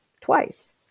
twice